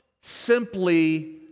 simply